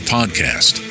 Podcast